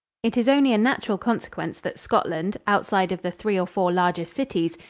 it is only a natural consequence that scotland, outside of the three or four largest cities,